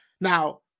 Now